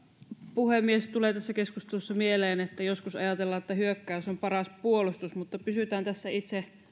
puhemies tulee tässä keskustelussa mieleen että joskus ajatellaan että hyökkäys on paras puolustus mutta pysytään tässä itse